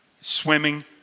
swimming